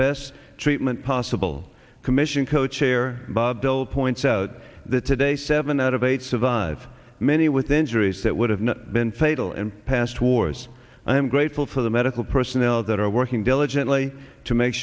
best treatment possible commission co chair bob dole points out that today seven out of eight survive many with injuries that would have been fatal in past wars and i'm grateful for the medical personnel that are working diligently to make